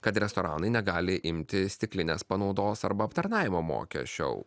kad restoranai negali imti stiklinės panaudos arba aptarnavimo mokesčio